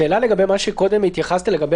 השאלה צריכה להיות לוועדת